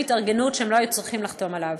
התארגנות שהם לא היו צריכים לחתום עליו.